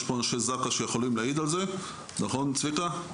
יש פה אנשי זק"א שיכולים להעיד על זה, נכון צביקה?